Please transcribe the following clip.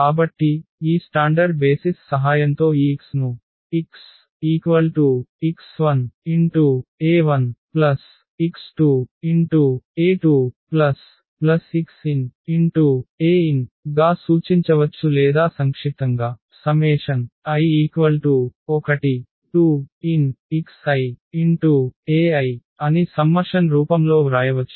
కాబట్టి ఈ standard basis సహాయంతో ఈ x ను xx1e1x2e2xnen గా సూచించవచ్చు లేదా సంక్షిప్తంగా i1nxieiఅని సమ్మషన్ రూపంలో వ్రాయవచ్చు